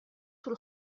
طول